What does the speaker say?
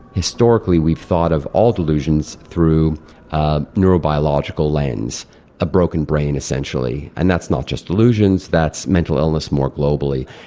historically we've thought of all delusions through a neurobiological lens a broken brain, essentially. and that's not just delusions, that's mental illness more globally.